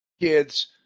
kids